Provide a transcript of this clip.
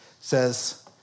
says